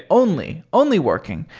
only only working,